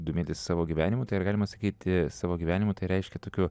domėtis savo gyvenimu tai ar galima sakyti savo gyvenimu tai reiškia tokiu